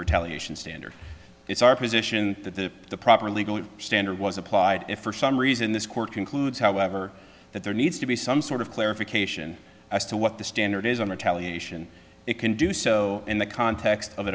retaliation standard it's our position that the proper legal standard was applied if for some reason this court concludes however that there needs to be some sort of clarification as to what the standard is on retaliate it can do so in the context of a